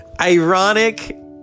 Ironic